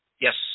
Yes